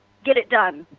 get it done!